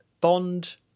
Bond